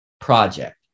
project